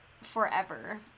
forever